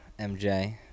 MJ